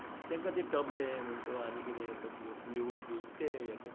तांकां ते तबलें म्हूण तूं आनी तसलें कितें फ्ल्यूट बी